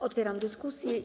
Otwieram dyskusję.